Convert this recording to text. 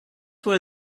where